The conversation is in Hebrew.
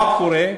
מה קורה?